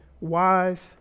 wise